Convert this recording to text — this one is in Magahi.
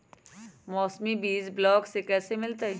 मौसमी बीज ब्लॉक से कैसे मिलताई?